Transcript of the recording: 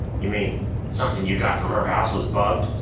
you mean something you got from her house was bugged?